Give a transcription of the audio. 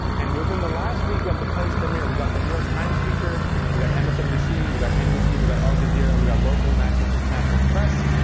and within the last week of the play's premiere, we got the new york times feature. we got msnbc. we got nbc. we got al jazeera. we got local, national, international press.